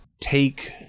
take